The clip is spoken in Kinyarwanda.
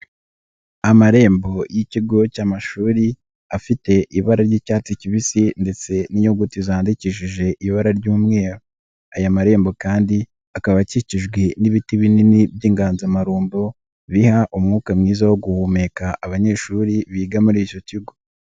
Amarembo y'ikigo cy'amashuri afite ibara ry'icyatsi kibisi ndetse n'inyuguti zandikishije ibara ry'umweru, aya marembo kandi akaba akikijwe n'ibiti binini by'inganzamarumbo biha umwuka mwiza wo guhumeka abanyeshuri biga muri icyo kigo.